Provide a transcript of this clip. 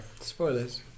Spoilers